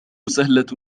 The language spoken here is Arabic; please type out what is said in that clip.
سهلة